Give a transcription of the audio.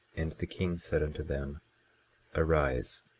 and the king said unto them arise,